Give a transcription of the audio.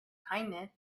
kindness